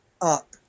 up